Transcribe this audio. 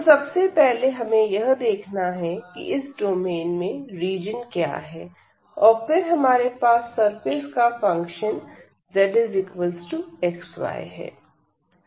तो सबसे पहले हमें यह देखना है कि इस डोमेन में रीजन क्या है और फिर हमारे पास सरफेस का फंक्शन zxy है